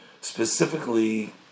specifically